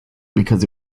because